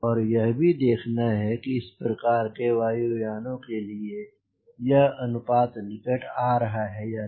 और यह भी देखना है कि इस प्रकार के वायु यानों के लिए यह अनुपात निकट आ रहा है या नहीं